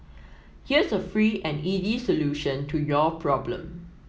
here's a free and easy solution to your problem